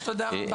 תודה רבה גלית.